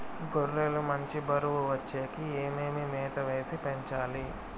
గొర్రె లు మంచి బరువు వచ్చేకి ఏమేమి మేత వేసి పెంచాలి?